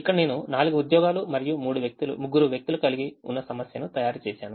ఇక్కడ నేను 4 ఉద్యోగాలు మరియు 3 వ్యక్తులు కలిగి ఉన్నసమస్యను తయారుచేశాను